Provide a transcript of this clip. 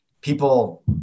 People